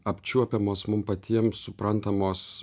apčiuopiamos mum patiem suprantamos